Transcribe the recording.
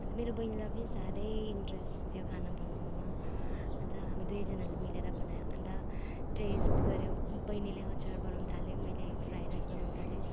अन्त मेरो बहिनीलाई पनि साह्रै इन्ट्रेस्ट थियो खाना बनाउनुमा अन्त हामी दुवैजनाले मिलेर बनायौँ अन्त टेस्ट गऱ्यौँ बहिनीले अचार बनाउनु थाल्यो मैले फ्राई राइस बनाउनु थालेँ